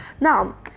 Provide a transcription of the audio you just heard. Now